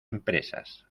empresas